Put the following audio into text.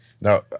Now